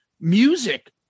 music